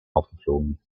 aufgeflogen